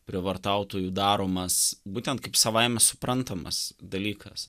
prievartautojų daromas būtent kaip savaime suprantamas dalykas